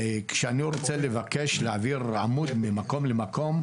כשאני רוצה לבקש להעביר עמוד ממקום למקום,